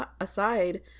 aside